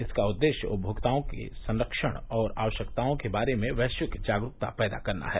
इसका उद्देश्य उपमोक्ताओं के संरक्षण और आवश्यकताओं के बारे में वैश्विक जागरूकता पैदा करना है